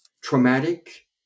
traumatic